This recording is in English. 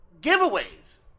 giveaways